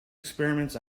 experiments